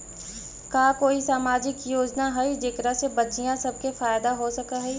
का कोई सामाजिक योजना हई जेकरा से बच्चियाँ सब के फायदा हो सक हई?